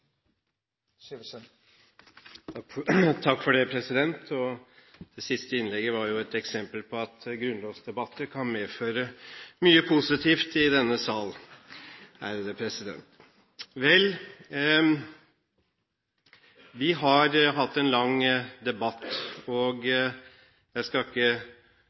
Det siste innlegget var jo et eksempel på at grunnlovsdebatter kan medføre mye positivt i denne sal! Vi har hatt en lang debatt. Jeg skal ikke